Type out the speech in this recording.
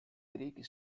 greek